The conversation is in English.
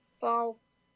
False